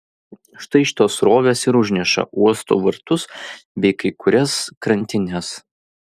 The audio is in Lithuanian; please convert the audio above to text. štai šitos srovės ir užneša uosto vartus bei kai kurias krantines